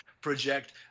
project